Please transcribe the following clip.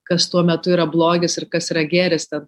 kas tuo metu yra blogis ir kas yra gėris ten